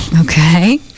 Okay